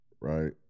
Right